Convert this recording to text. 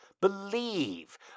believe